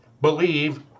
believe